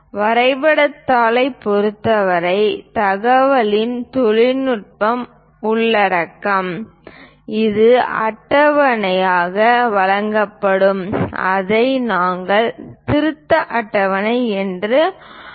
வரைபடத் தாளைப் பொறுத்தவரை தகவலின் தொழில்நுட்ப உள்ளடக்கம் ஒரு அட்டவணையாக வழங்கப்படும் அதை நாங்கள் திருத்த அட்டவணை என்று அழைக்கிறோம்